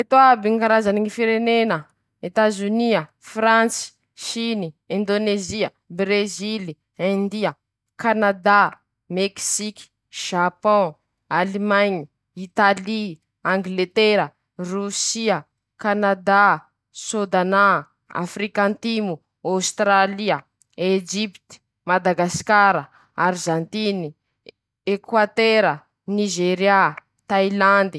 Ñy karazany ñy loko haiko: -ñy mena. -ñy maitso. -ñy volondavenoky e.-ñy foty. -ñy mainty. -ñy volomboasary.-ñy volomparasy. -ñy mavokely.-ñy volonkely. -ñy volontsokola.- ñy manga maitso.-ñy beboke.-ñy bole. -ñy volony. -ñy vola. -ñy volo foty.-ñy karamely.-ñy minty.-ñy indigo.